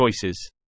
choices